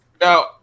Now